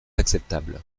acceptable